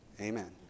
Amen